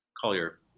Collier